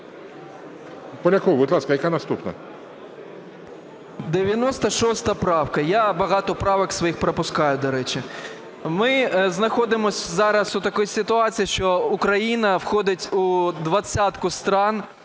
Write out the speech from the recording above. Поляков, будь ласка, яка наступна? 13:05:41 ПОЛЯКОВ А.Е. 96 правка. Я багато правок своїх пропускаю, до речі. Ми знаходимося зараз у такій ситуації, що Україна входить в 20 стран